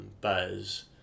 buzz